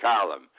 column